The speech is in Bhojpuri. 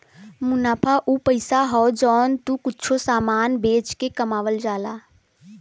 मुनाफा उ पइसा हौ जौन तू कुच्छों समान बेच के कमावल जाला